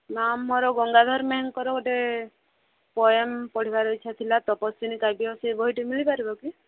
ma'am ମୋର ଗଙ୍ଗାଧର ମେହେରଙ୍କର ଗୋଟେ ପୋଏମ୍ ପଢ଼ିବାର ଇଚ୍ଛା ଥିଲା ତପସ୍ବୀନି କାବ୍ୟ ସେ ବହିଟି ମିଳି ପାରିବ କି